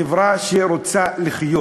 חברה שרוצה לחיות.